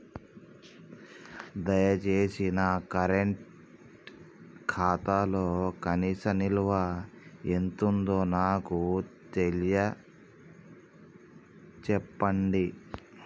దయచేసి నా కరెంట్ ఖాతాలో కనీస నిల్వ ఎంతుందో నాకు తెలియచెప్పండి